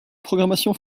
programmation